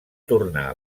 tornar